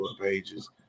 pages